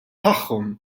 tagħhom